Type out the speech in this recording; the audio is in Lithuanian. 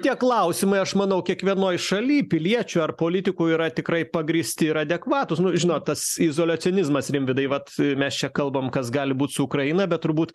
tie klausimai aš manau kiekvienoj šaly piliečių ar politikų yra tikrai pagrįsti ir adekvatūs nu žinot tas izoliacionizmas rimvydai vat mes čia kalbam kas gali būt su ukraina bet turbūt